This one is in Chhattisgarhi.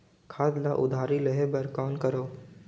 खाद ल उधारी लेहे बर कौन करव?